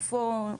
איפה?